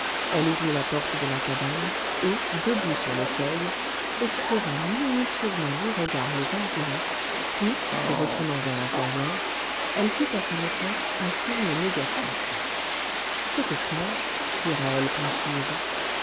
elle ouvrit la porte de la cabane et debout sur le seuil explora minutieusement du regard les environs puis se retournant vers l'intérieur elle fit à sa maîtresse un signe négatif c'est étrange dit ra'hel pensive